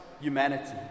humanity